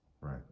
right